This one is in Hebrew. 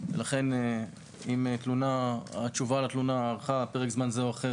ולכן אם התשובה לתלונה ארכה פרק זמן זה או אחר